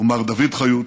ומר דוד חיות,